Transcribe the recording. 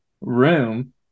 room